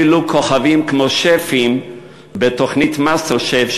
אפילו כוכבים כמו שפים בתוכנית "מאסטר שף",